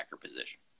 position